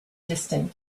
distant